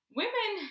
women